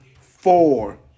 four